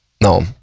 No